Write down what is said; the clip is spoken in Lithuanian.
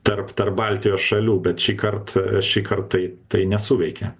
tarp tarp baltijos šalių bet šįkart šįkart tai tai nesuveikė